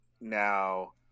now